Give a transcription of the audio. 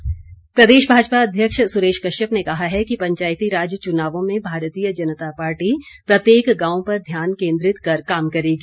सुरेश कश्यप प्रदेश भाजपा अध्यक्ष सुरेश कश्यप ने कहा है कि पंचायतीराज चुनावों में भारतीय जनता पार्टी प्रत्येक गांव पर ध्यान केंद्रित कर काम करेगी